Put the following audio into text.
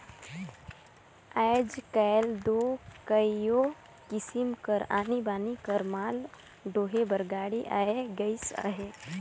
आएज काएल दो कइयो किसिम कर आनी बानी कर माल डोहे बर गाड़ी आए गइस अहे